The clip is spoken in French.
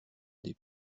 des